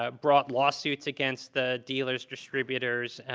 ah brought lawsuits against the dealers, distributors,